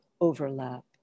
overlap